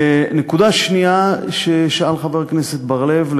הנקודה השנייה ששאל לגביה חבר הכנסת בר-לב,